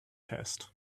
test